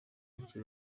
buke